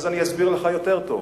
אז אני אסביר לך יותר טוב.